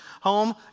home